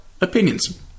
opinions